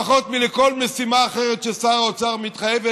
פחות מלכל משימה אחרת שאליה שר האוצר מתחייב,